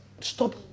stop